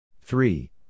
three